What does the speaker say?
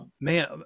Man